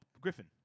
Griffin